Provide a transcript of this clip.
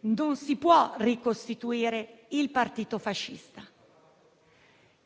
non si può ricostituire il partito fascista.